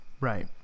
Right